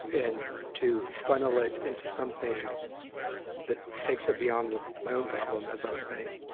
and to funnel it into something that takes it beyond my own problem, as i was saying.